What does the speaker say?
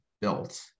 built